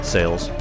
Sales